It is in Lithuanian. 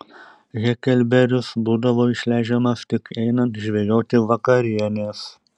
heklberis būdavo išleidžiamas tik einant žvejoti vakarienės